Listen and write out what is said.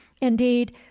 indeed